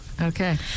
okay